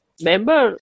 member